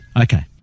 Okay